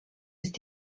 ist